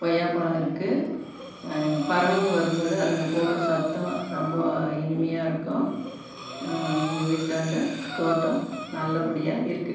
கொய்யாப்பழம் இருக்குது பறவைங்கள் வரும்போது அதுங்க போடுகிற சத்தம் ரொம்ப இனிமையாக இருக்கும் எங்கள் வீட்டாண்ட தோட்டம் நல்லபடியாக இருக்குது